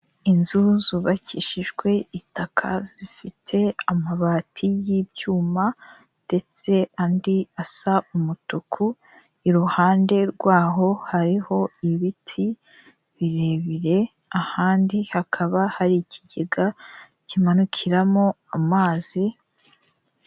Inzu zubakishijwe itaka zifite amabati y'ibyuma ndetse andi asa umutuku iruhande rwaho hariho ibiti birebire ahandi hakaba hari ikigega kimanukiramo amazi.